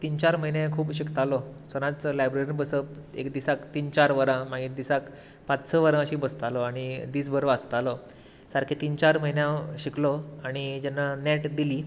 तीन चार म्हयने खूब शिकतालों सदांच लायब्ररींत बसप एक दिसाक तीन चार वरां मागीर दिसाक पांच स वरां अशीं बसतालो आनी दीस भर वाचतालो सारके तीन चार म्हयने हांव शिकलो आनी जेन्ना नेट दिली